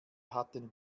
hatten